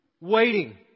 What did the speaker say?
waiting